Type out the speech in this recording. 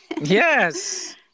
Yes